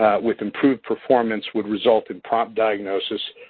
with improved performance, would result in prompt diagnoses,